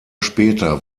später